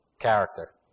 character